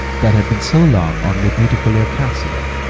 that had been so long only a beautiful air-castle,